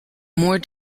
more